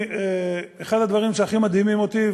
אחד הדברים שהכי מדהימים אותי,